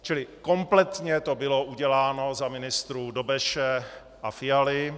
Čili kompletně to bylo uděláno za ministrů Dobeše a Fialy.